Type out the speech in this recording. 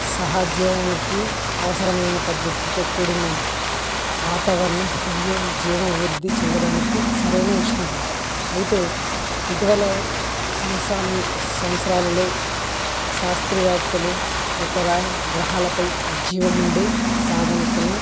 సహజీవనానికి అవసరమైన పద్ధతితో కూడిన వాతావరణం మరియు జీవన వృద్ధి చెందడానికి సరైన ఉష్ణోగ్రత అయితే ఇటీవల సంవ సంవత్సరాలలో శాస్త్రవేత్తలు ఇతర గ్రహాలపై జీవం ఉండే సాధనతను